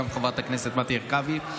גם חברת הכנסת מטי הרכבי.